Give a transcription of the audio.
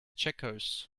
checkers